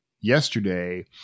yesterday